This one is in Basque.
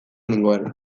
nengoela